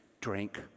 drink